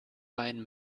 wein